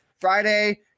Friday